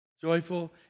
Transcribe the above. joyful